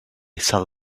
shall